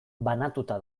banatuta